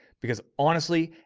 because honestly,